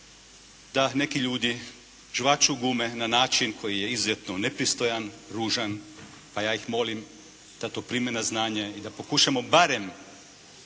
da neki ljudi žvaču gume na način koji je izuzetno nepristojan, ružan pa ja ih molim da to prime na znanje i da pokušamo barem